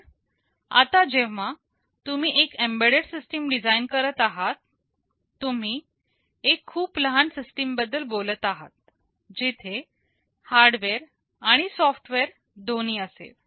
पण आता जेव्हा तुम्ही एक एम्बेडेड सिस्टीम डिझाईन करत आहात तुम्ही एका खूप लहान सिस्टीम बद्दल बोलत आहात जिथे हार्डवेअर आणि सॉफ्टवेअर दोन्ही असेल